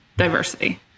Diversity